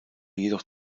jedoch